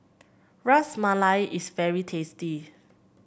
Ras Malai is very tasty